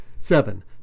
seven